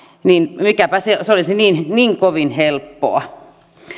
se olisi niin niin kovin helppoa